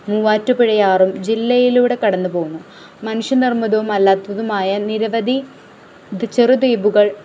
മൂവാറ്റുപുഴയാറും ജില്ലയിലൂടെ കടന്നുപോകുന്നു മനുഷ്യനിർമിതവും അല്ലാത്തതുമായ നിരവധി ചെറുദ്വീപുകൾ